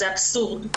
זה אבסורד.